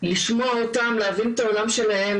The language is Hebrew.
לשמוע אותם ולהבין את העולם שלהם,